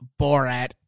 Borat